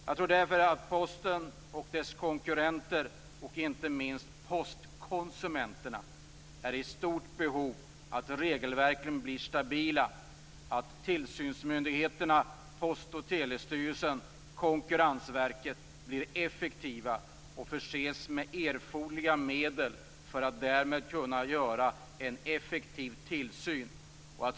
Jag tror därför att Posten och dess konkurrenter - och inte minst postkonsumenterna - är i stort behov av att regelverken blir stabila. Det finns också ett behov av att tillsynsmyndigheterna Post och telestyrelsen och Konkurrensverket blir effektiva och förses med erforderliga medel för att kunna genomföra en effektiv tillsyn.